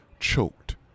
choked